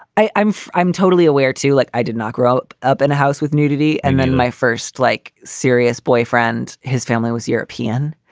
i'm i'm totally aware, too like i did not grow up up in a house with nudity. and then my first, like, serious boyfriend. his family was european.